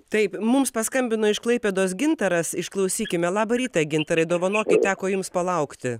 taip mums paskambino iš klaipėdos gintaras išklausykime labą rytą gintarai dovanokit teko jums palaukti